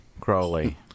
Crowley